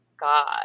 God